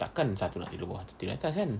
tak kan satu nak tidur bawah satu tidur atas kan